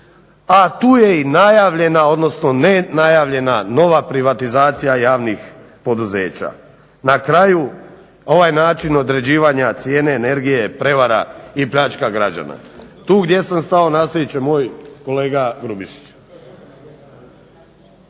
a tu je i najavljena odnosno nenajavljena nova privatizacija javnih poduzeća. Na kraju, ovaj način određivanja cijene energije je prevara i pljačka građana. Tu gdje sam stao nastavit će moj kolega Grubišić.